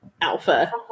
alpha